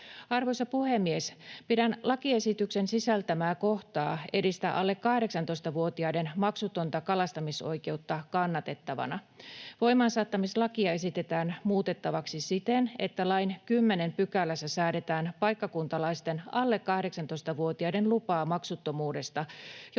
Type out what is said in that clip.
Arvoisa puhemies! Pidän lakiesityksen sisältämää kohtaa edistää alle 18‑vuotiaiden maksutonta kalastamisoikeutta kannatettavana. Voimaansaattamislakia esitetään muutettavaksi siten, että lain 10 §:ssä säädetään paikkakuntalaisten alle 18‑vuotiaiden lupien maksuttomuudesta,